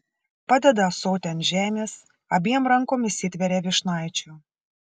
padeda ąsotį ant žemės abiem rankom įsitveria vyšnaičių